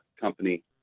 company